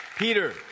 Peter